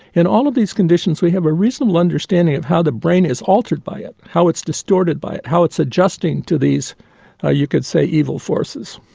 in all of these conditions we have a reasonable understanding of how the brain is altered by it, how it's distorted by it, how it's adjusting to these ah you could say evil forces.